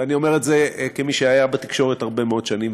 ואני אומר את זה כמי שהיה בתקשורת הרבה מאוד שנים,